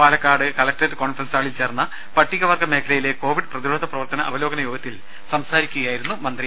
Palakkad collectorate conference ഹാളിൽ ചേർന്ന പട്ടികവർഗ മേഖലയിലെ കോവിഡ് പ്രതിരോധ പ്രവർത്തന അവലോകന യോഗത്തിൽ സംസാരിക്കുകയായിരുന്നു മന്ത്രി